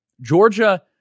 Georgia